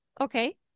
Okay